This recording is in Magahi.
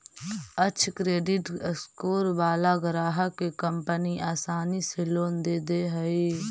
अक्षय क्रेडिट स्कोर वाला ग्राहक के कंपनी आसानी से लोन दे दे हइ